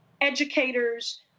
educators